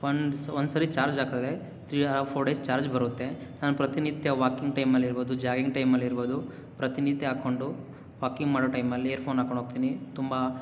once ಒಂದ್ಸಾರಿ charge ಹಾಕಿದ್ರೆ three or four days charge ಬರುತ್ತೆ ನಾನು ಪ್ರತಿನಿತ್ಯ ವಾಕಿಂಗ್ ಟೈಮಲ್ಲಿ ಇರ್ಬೋದು ಜಾಗಿಂಗ್ ಟೈಮಲ್ಲಿ ಇರ್ಬೋದು ಪ್ರತಿನಿತ್ಯ ಹಾಕಿಕೊಂಡು ವಾಕಿಂಗ್ ಮಾಡೋ ಟೈಮಲ್ಲಿ ಇಯರ್ಫೋನ್ ಹಾಕ್ಕೊಂಡೋಗ್ತೀನಿ ತುಂಬ